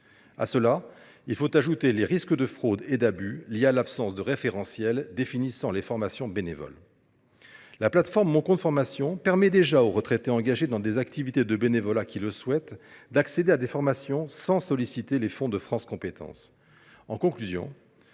À cela, il faut ajouter les risques de fraude et d’abus, liés à l’absence de référentiel définissant les formations bénévoles. La plateforme Mon Compte Formation permet déjà aux retraités engagés dans des activités de bénévolat qui le souhaitent d’accéder à des formations sans solliciter les fonds de France Compétences.